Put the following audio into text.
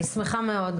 אני שמחה מאוד.